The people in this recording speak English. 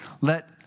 Let